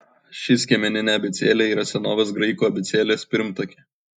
ši skiemeninė abėcėlė yra senovės graikų abėcėlės pirmtakė